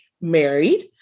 married